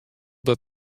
dat